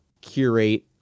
curate